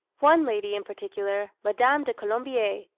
one lady in particular, madame de colombier,